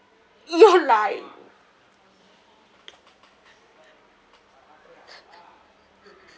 not like